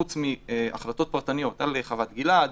חוץ מהחלטות פרטניות חוות גלעד,